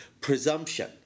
presumption